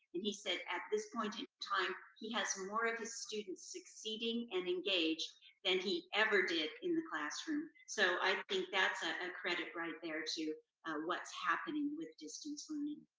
and he said, at this point in time, he has more of his students succeeding and engaged than he ever did in the classroom. so i think that's a ah credit right there to what's happening with distance learning.